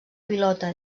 pilota